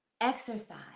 exercise